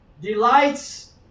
delights